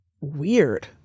weird